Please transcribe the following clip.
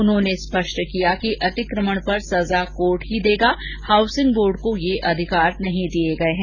उन्होंने स्पष्ट किया कि अतिकमण पर सजा कोर्ट ही देगा हाउसिंग बोर्ड को यह अधिकार नहीं दिए गए हैं